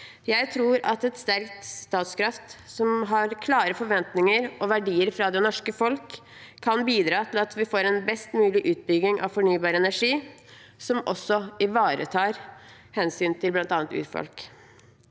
Jeg tror et sterkt Statkraft som har klare forventninger og verdier fra det norske folk, kan bidra til at vi får en best mulig utbygging av fornybar energi som også ivaretar hensynet til bl.a. urfolk.